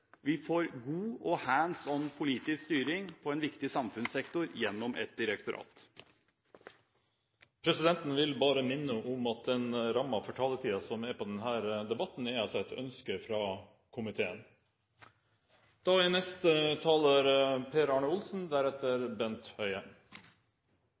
vi får god og «hands on» politisk styring på en viktig samfunnssektor gjennom et direktorat. Presidenten vil bare minne om at rammen for taletid i denne debatten er etter ønske fra komiteen.